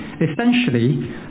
Essentially